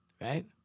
right